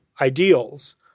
ideals